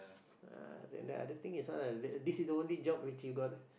uh then the other thing is what ah this is the only job which you got